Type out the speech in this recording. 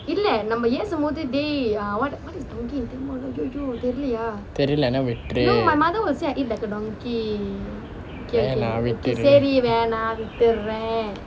தெரியலைன்னா விட்டுரு வேணாம் விட்டுரு:theriyalainna vitturu venaam vitturu